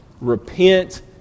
Repent